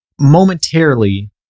momentarily